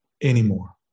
anymore